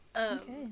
Okay